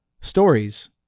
stories